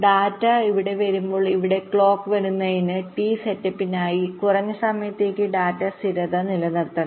data ഇവിടെ വരുമ്പോൾ ഇവിടെ ക്ലോക്ക് വരുന്നതിനുമുമ്പ് ടി സെറ്റപ്പിനായികുറഞ്ഞ സമയത്തേക്ക് ഡാറ്റ സ്ഥിരത നിലനിർത്തണം